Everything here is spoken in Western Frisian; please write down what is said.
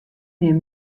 nim